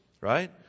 right